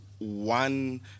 one